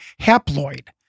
haploid